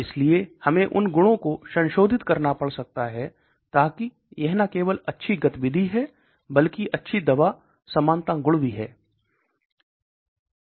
इसलिए हमें उन गुणों को संशोधित करना पड़ सकता है ताकि यह न केवल अच्छी गति विधि है बल्कि अच्छी दवा समानता गुण भी है